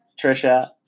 Trisha